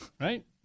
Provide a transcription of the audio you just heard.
Right